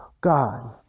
God